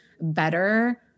better